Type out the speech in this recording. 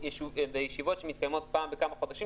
בישיבות שמתקיימות אחת לכמה חודשים,